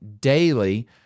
daily